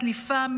צליפה,